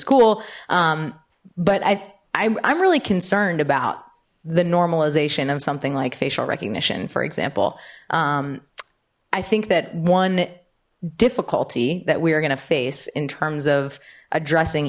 cool but i i'm really concerned about the norm something like facial recognition for example i think that one difficulty that we are gonna face in terms of addressing